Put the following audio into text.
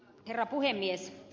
herra puhemies